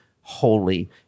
holy